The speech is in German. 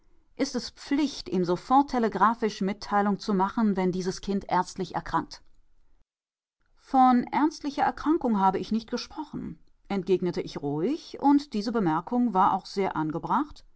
ist es pflicht ihm sofort telegraphisch mitteilung zu machen wenn dieses kind ernstlich erkrankt von ernstlicher erkrankung habe ich nicht gesprochen entgegnete ich ruhig und diese bemerkung war auch sehr angebracht